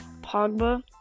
Pogba